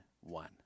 one